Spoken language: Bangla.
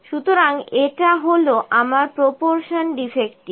সুতরাং এটা হল আমার প্রপরশন ডিফেক্টিভ